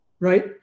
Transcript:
right